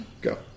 Go